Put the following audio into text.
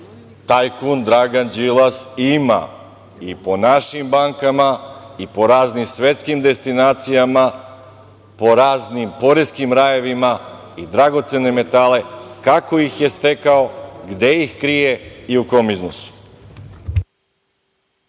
tajkun Dragan Đilas ima i po našim bankama i po raznim svetskim destinacijama, po raznim poreskim rajevima i dragocene metale, kako ih je stekao, gde ih krije i u kom iznosu.